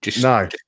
No